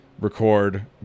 record